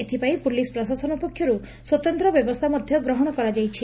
ଏଥପାଇଁ ପୁଲିସ ପ୍ରଶାସନ ପକ୍ଷରୁ ସ୍ୱତନ୍ତ ବ୍ୟବସ୍କା ମଧ୍ଧ ଗ୍ରହଣ କରାଯାଇଛି